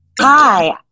Hi